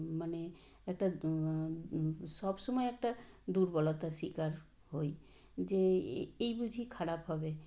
মানে একটা সব সময় একটা দুর্বলতার স্বীকার হই যে এ এই বুঝি খারাপ হবে